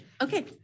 Okay